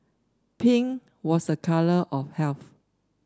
pink was a colour of health